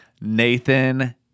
Nathan